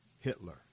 Hitler